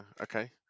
okay